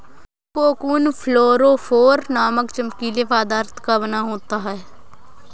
cocoon fluorophore नामक चमकीले पदार्थ का बना होता है